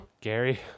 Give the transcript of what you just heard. Gary